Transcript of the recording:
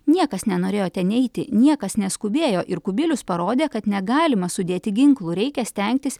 niekas nenorėjo ten eiti niekas neskubėjo ir kubilius parodė kad negalima sudėti ginklų reikia stengtis